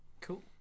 Cool